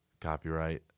Copyright